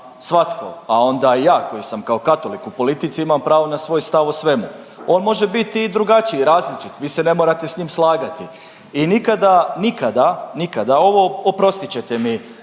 pa onda i ja koji sam kao katolik u politici imam pravo na svoj stav o svemu. On može biti i drugačiji, različit, vi se ne morate s njim slagati i nikada, nikada, nikada ovo oprostit ćete mi,